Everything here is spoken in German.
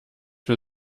wir